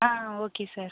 ah okay sir